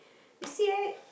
you see right